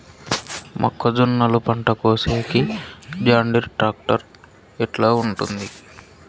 మొక్కజొన్నలు పంట కోసేకి జాన్డీర్ టాక్టర్ ఎట్లా ఉంటుంది?